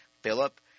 Philip